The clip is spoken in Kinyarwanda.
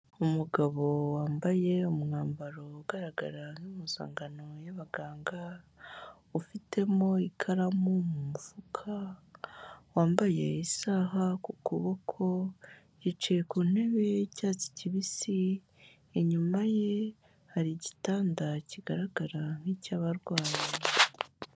Umugabo wambaye umwambaro ugaragara nk'impuzankano y'abaganga, ufitemo ikaramu mu mufuka, wambaye isaha ku kuboko, yicaye ku ntebe y'icyatsi kibisi, inyuma ye hari igitanda kigaragara nk'icy'abarwayi.